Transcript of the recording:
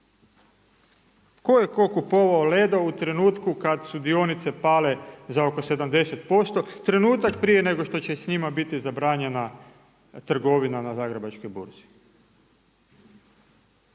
Tko je tko kupovao Ledo u trenutku kad su dionice pale za oko 70%, trenutak prije nego što će s njima biti zabranjena trgovina na Zagrebačkoj burzi.